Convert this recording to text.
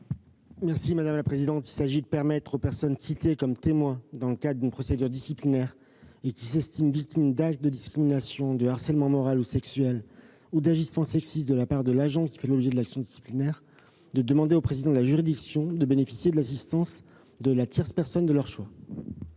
secrétaire d'État. Il s'agit de permettre aux personnes citées comme témoins dans le cadre d'une procédure disciplinaire et qui s'estiment victimes d'actes de discrimination, de harcèlement moral ou sexuel ou d'agissements sexistes de la part de l'agent qui fait l'objet de l'action disciplinaire de demander au président de la juridiction de bénéficier de l'assistance de la tierce personne de leur choix.